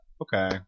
Okay